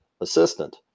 assistant